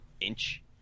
inch